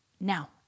now